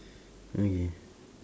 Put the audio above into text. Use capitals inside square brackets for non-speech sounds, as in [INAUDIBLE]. [BREATH] okay